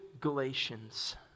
Galatians